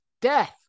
Death